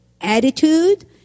attitude